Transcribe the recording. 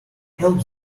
help